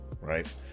Right